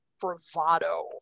bravado